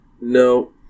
No